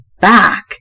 back